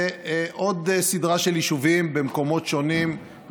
ועוד סדרה של יישובים במקומות שונים,